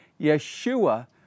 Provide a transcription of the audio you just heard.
Yeshua